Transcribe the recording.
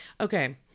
okay